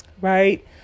right